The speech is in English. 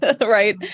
right